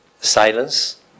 silence